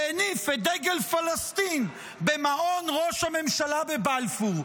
שהניף את דגל פלסטין במעון ראש הממשלה בבלפור,